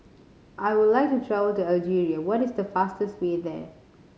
I would like to travel to Algeria what is the fastest way there